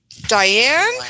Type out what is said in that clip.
diane